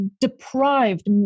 deprived